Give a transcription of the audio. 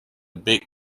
bit